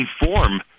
inform